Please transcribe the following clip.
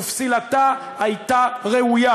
ופסילתה הייתה ראויה.